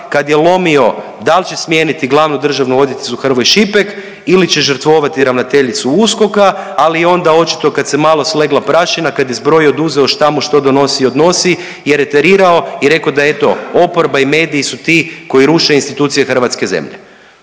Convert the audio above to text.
kad je lomio da li će smijeniti glavnu državnu odvjetnicu Hrvoj Šipek ili će žrtvovati ravnateljicu USKOK-a, ali onda očito kad se malo slegla prašina, kad je zbrojio i oduzeo šta mu što donosi i odnosi je reterirao i rekao da eto, oporba i mediji su ti koji ruše institucije hrvatske zemlje.